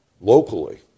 locally